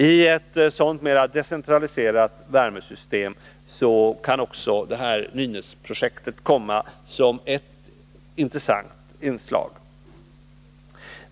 I ett sådant mera decentraliserat värmesystem kan också Nynäsprojektet bli ett intressant inslag.